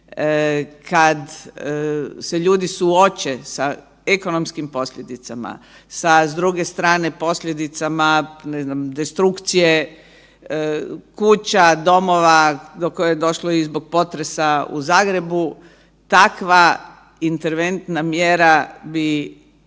kad se ljudi suoče sa ekonomskim posljedica, sa, s druge strane posljedicama, ne zna, destrukcije kuća, domova, do koje je došlo zbog potresa u Zagrebu, takva interventna mjera bi